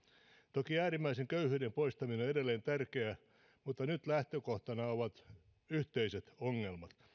toki äärimmäisen köyhyyden poistaminen on edelleen tärkeää mutta nyt lähtökohtana ovat yhteiset ongelmat